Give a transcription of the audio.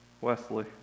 Wesley